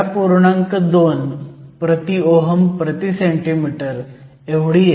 2 Ω 1 cm 1 एवढी येते